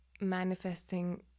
manifesting